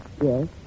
Yes